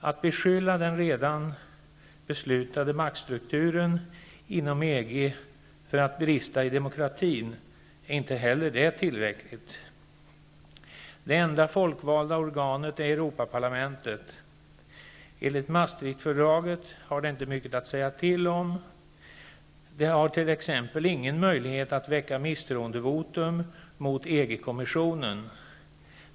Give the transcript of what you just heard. Att beskylla den redan beslutade maktstrukturen inom EG för att ''brista i demokratin'' är inte heller det tillräckligt. Det enda folkvalda organet är Europaparlamentet. Enligt Maastrichtfördraget har det inte mycket att säga till om. Det har t.ex. ingen möjlighet att väcka misstroendevotum mot EG-kommissionen.